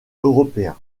européen